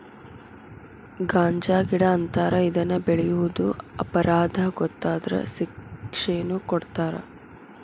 ಗಾಂಜಾಗಿಡಾ ಅಂತಾರ ಇದನ್ನ ಬೆಳಿಯುದು ಅಪರಾಧಾ ಗೊತ್ತಾದ್ರ ಶಿಕ್ಷೆನು ಕೊಡತಾರ